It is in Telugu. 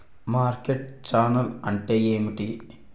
మార్కెట్ ఛానల్ అంటే ఏమిటి?